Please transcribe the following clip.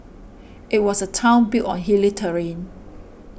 it was a town built on hilly terrain